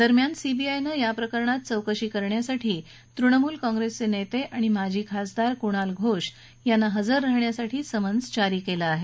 दरम्यान सीबीआयनं या प्रकरणात चौकशी करण्यासाठी तृणमूल काँग्रेसचे नेते आणि माजी खासदार कुणाल घोष यांना हजर राहण्यासाठी समन्स जारी केलं आहे